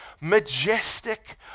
majestic